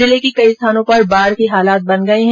जिले के कई स्थानों पर बाढ़ के हालात बन गए है